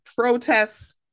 protests